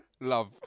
Love